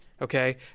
okay